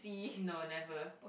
no never